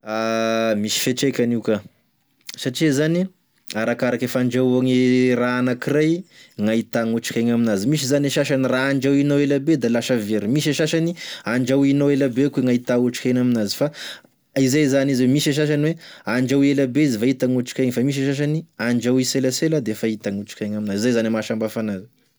Misy fetrikany io ka satria zany arakarake fandrahoagne raha anakiray gn'ahitagny gn'otrikaigny aminazy misy e sasany raha andrahoinao elabe da lasa very, misy e sasany andrahoinao elabe koa gn'ahita gn'otrikaigny aminazy fa izay zany izy misy e sasany hoe andrahoigny elabe izy vao hita gn'otrikaigny fa misy e sasany andrahoy selasela da hita ng'otrikaigny zay zany e mahasambihafa anazy.